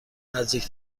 نزدیک